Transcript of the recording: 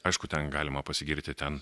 aišku ten galima pasigirti ten